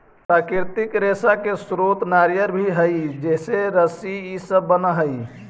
प्राकृतिक रेशा के स्रोत नारियल भी हई जेसे रस्सी इ सब बनऽ हई